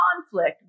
conflict